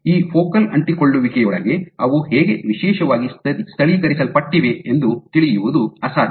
ಈ ಫೋಕಲ್ ಅಂಟಿಕೊಳ್ಳುವಿಕೆಯೊಳಗೆ ಅವು ಹೇಗೆ ವಿಶೇಷವಾಗಿ ಸ್ಥಳೀಕರಿಸಲ್ಪಟ್ಟಿವೆ ಎಂದು ತಿಳಿಯುವುದು ಅಸಾಧ್ಯ